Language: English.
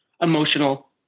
Emotional